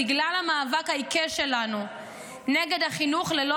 בגלל המאבק העיקש שלנו נגד החינוך ללא